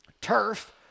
Turf